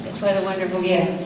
what a wonderful gift.